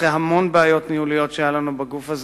אחרי המון בעיות ניהוליות שהיו לנו בגוף הזה,